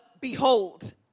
behold